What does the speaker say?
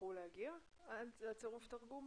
יצטרכו להגיע לצירוף התרגום?